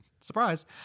surprise